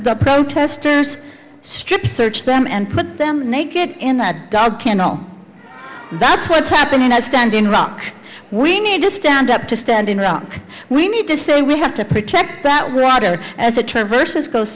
the protesters strip search them and put them naked in a dark candle that's what's happening at stand in iraq we need to stand up to stand in iraq we need to say we have to protect that water as a traverses goes